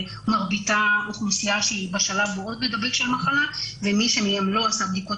מרביתה אוכלוסייה שהיא בשלב מאוד מדבק של המחלה ומי שמהם לא עשה בדיקות